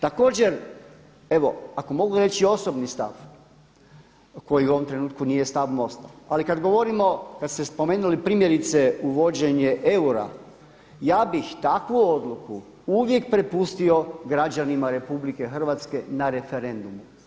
Također, evo, ako mogu reći osobni stav koji u ovom trenutku nije stav MOST-a, ali kada govorimo, kada ste spomenuli primjerice uvođenje eura, ja bih takvu odluku uvijek prepustio građanima RH na referendumu.